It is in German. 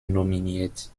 nominiert